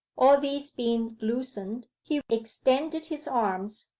all these being loosened, he extended his arms,